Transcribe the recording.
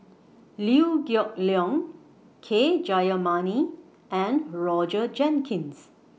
Liew Geok Leong K Jayamani and Roger Jenkins